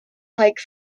hike